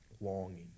longing